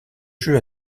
jeu